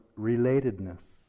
relatedness